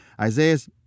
Isaiah's